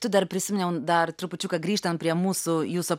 tu dar prisiminiau dar trupučiuką grįžtant prie mūsų jūsų